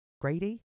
Grady